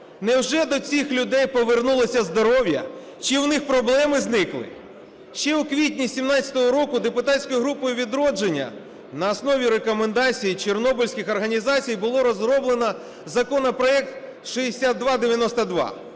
Невже до цих людей повернулося здоров'я чи в них проблеми зникли? Ще у квітні 2017 року депутатською групою "Відродження" на основі рекомендацій чорнобильських організацій було розроблено законопроект 6292.